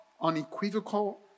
unequivocal